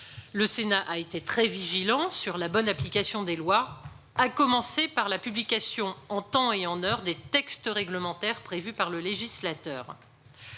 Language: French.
Le Sénat a toujours été très vigilant sur la bonne application des lois et, en particulier, sur la publication en temps et en heure des textes réglementaires prévus par le législateur.